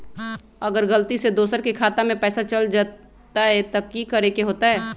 अगर गलती से दोसर के खाता में पैसा चल जताय त की करे के होतय?